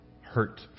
hurt